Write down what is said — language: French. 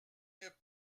n’est